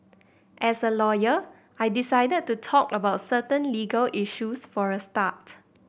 as a lawyer I decided to talk about certain legal issues for a start